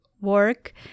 work